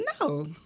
No